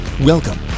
welcome